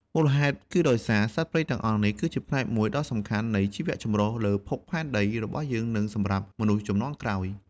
មូលហេតុគឺដោយសារសត្វព្រៃទាំងអស់នេះ គឺជាផ្នែកមួយដ៏សំខាន់នៃជីវចម្រុះលើភពផែនដីរបស់យើង និងសម្រាប់មនុស្សជំនាន់ក្រោយ។